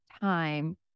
time